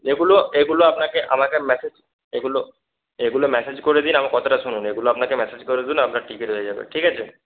এগুলো এগুলো আপনাকে আমাকে মেসেজ এগুলো এগুলো মেসেজ করে দিন আমার কথাটা শুনুন এগুলো আপনাকে মেসেজ করে দিন আপনার টিকিট হয়ে যাবে ঠিক আছে